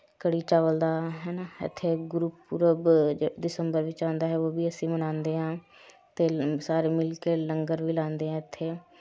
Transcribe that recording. ਕੜ੍ਹੀ ਚਾਵਲ ਦਾ ਹੈ ਨਾ ਇੱਥੇ ਗੁਰਪੁਰਬ ਦਸੰਬਰ ਵਿੱਚ ਆਉਂਦਾ ਹੈ ਵੋ ਵੀ ਅਸੀਂ ਮਨਾਉਂਦੇ ਹਾਂ ਅਤੇ ਲੰ ਸਾਰੇ ਮਿਲ ਕੇ ਲੰਗਰ ਵੀ ਲਾਉਂਦੇ ਹਾਂ ਇੱਥੇ